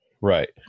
Right